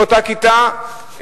באותה כיתה,